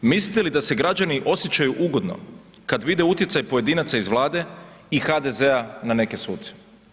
Mislite li da se građani osjećaju ugodno kad vide utjecaj pojedinaca iz Vlade i HDZ-a na neke suce?